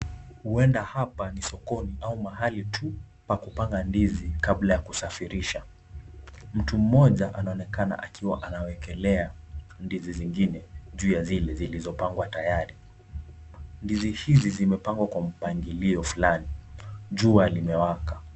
Huenda hapa ni sokoni au mahali tu pa kupanga ndizi kabla ya kusafirisha. Mtu mmoja anaonekana akiwa anawekelea ndizi zingine huu ya zile zilizopangwa tayari. Ndizi hizi zimepangwa kwa mpangilio fulani. Jua linawaka.